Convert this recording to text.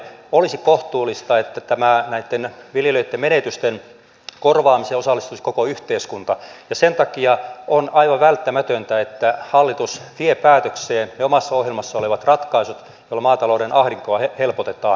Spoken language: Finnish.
olisi kohtuullista että tähän näitten viljelijöitten menetysten korvaamiseen osallistuisi koko yhteiskunta ja sen takia on aivan välttämätöntä että hallitus vie päätökseen ne omassa ohjelmassaan olevat ratkaisut joilla maatalouden ahdinkoa helpotetaan